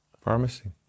Pharmacy